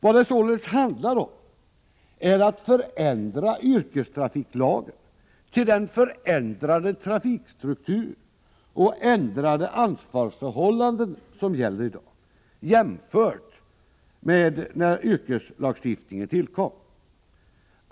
Vad det således handlar om är att anpassa yrkestrafiklagen till den förändrade trafikstrukturen och de förändrade ansvarsförhållanden som gäller i dag — förhållandena har ju förändrats sedan yrkestrafiklagsftningen tillkom.